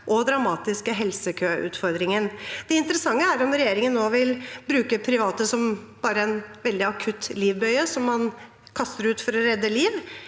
og dramatiske helsekøutfordringen. Det interessante er om regjeringen nå vil bruke private bare som en veldig akutt livbøye som man kaster ut for å redde liv,